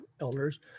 elders